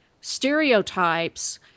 stereotypes